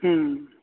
ਹਮ